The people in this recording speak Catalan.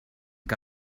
què